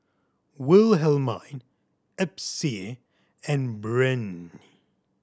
Wilhelmine Epsie and Breanne